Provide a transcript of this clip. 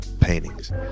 paintings